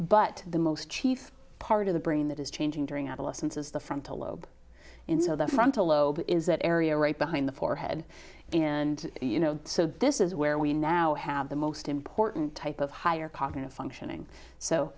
but the most chief part of the brain that is changing during adolescence is the frontal lobe and so the frontal lobe is that area right behind the forehead and you know so this is where we now have the most important type of higher cognitive functioning so